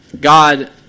God